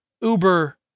Uber